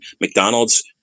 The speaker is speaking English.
McDonald's